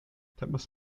temas